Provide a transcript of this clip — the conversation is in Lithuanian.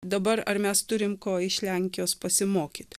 dabar ar mes turim ko iš lenkijos pasimokyt